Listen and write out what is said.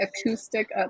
acoustic